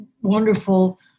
wonderful